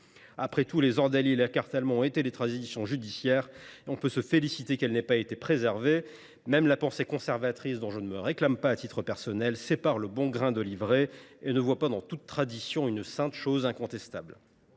Après tout, les ordalies et l’écartèlement ont été des traditions judiciaires : on peut se féliciter qu’elles n’aient pas été préservées. Même la pensée conservatrice, dont je ne me réclame pas à titre personnel, sépare le bon grain de l’ivraie et ne voit pas dans toute tradition une sainte chose incontestable.